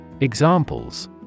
Examples